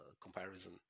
comparison